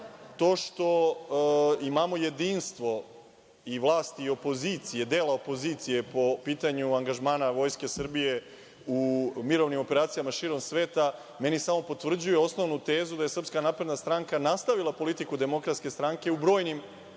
to što imamo jedinstvo i vlasti i opozicije, dela opozicije, po pitanju angažmana Vojske Srbije u mirovnim operacijama širom sveta, meni samo potvrđuje osnovnu tezu da je SNS nastavila politiku DS u brojnim